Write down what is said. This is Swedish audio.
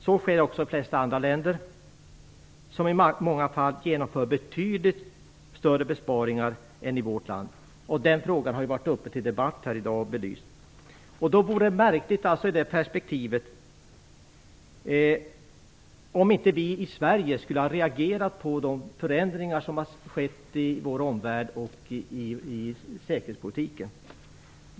Det sker också i de flesta andra länder, som i många fall genomför betydligt större besparingar än vad som sker i vårt land. Den frågan har ju varit uppe till debatt här i dag och belysts. I det perspektivet vore det märkligt om inte vi i Sverige skulle ha reagerat på de förändringar som har skett i vår omvärld och i säkerhetspolitiken.